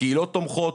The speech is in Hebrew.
קהילות תומכות,